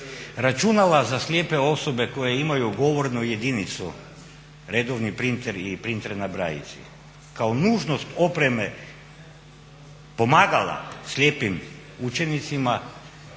računala za slijepe osobe koje imaju govornu jedinicu, redovni printeri i printer na brajici kao nužnost opreme pomagala slijepim učenicima